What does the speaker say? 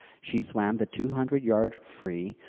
she swam the two hundred yard free,